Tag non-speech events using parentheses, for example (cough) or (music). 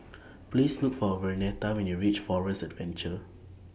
(noise) Please Look For Vernetta when YOU REACH Forest Adventure